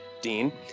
Dean